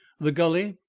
the gully,